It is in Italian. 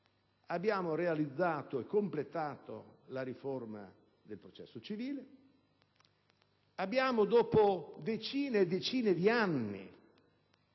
Abbiamo realizzato e completato la riforma del processo civile. Dopo decine e decine di anni,